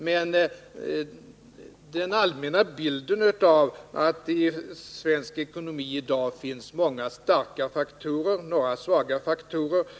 Men den allmänna bilden av att det i svensk ekonomi i dag finns många starka faktorer och några svaga faktorer är riktig.